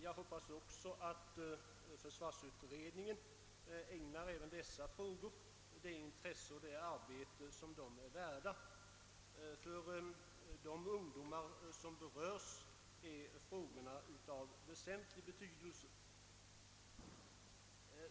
Jag hoppas också att försvarsutredningen ägnar även dessa frågor det intresse och det arbete som de är värda.